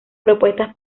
propuestas